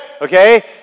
Okay